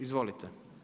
Izvolite.